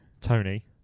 Tony